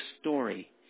story